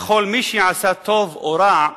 וכל מי שעשה טוב או רע,